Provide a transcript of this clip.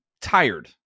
tired